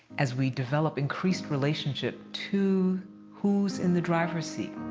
as we develop increased relationship to who's in the driver seat,